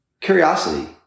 curiosity